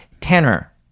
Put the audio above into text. Tanner